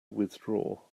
withdraw